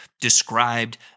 described